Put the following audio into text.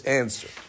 answer